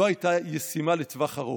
לא הייתה ישימה לטווח ארוך.